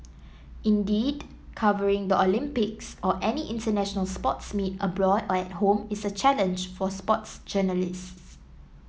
indeed covering the Olympics or any international sports meet abroad by home is a challenge for sports journalists